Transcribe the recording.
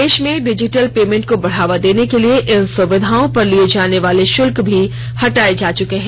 देश में digital payment को बढ़ावा देने के लिए इन सुविधाओं पर लिए जाने वाले शुल्क भी हटाए जा चुके हैं